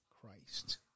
Christ